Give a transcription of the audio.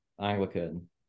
Anglican